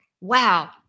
wow